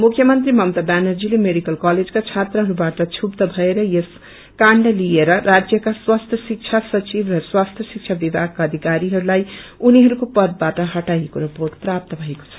मुख्य मंत्री ममता व्यानर्जीले मेडिकल कलेजका छत्राहरुबाट क्षुब्द भएर यस काण्ड लिएर राज्यमा स्वास्थ्य शिक्षा सचिव र स्वास्थ्य श्रिष्ठा विभागका अधिकारीहरूलाई उनीहरूको पदबाट हटाईएको रिर्पोट प्राप्त भएको छ